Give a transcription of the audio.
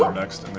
ah next,